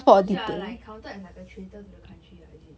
because you are like counted as a traitor to the country ah is it